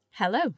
Hello